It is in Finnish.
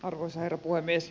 arvoisa herra puhemies